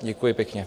Děkuji pěkně.